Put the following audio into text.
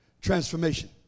transformation